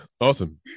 Awesome